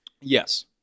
Yes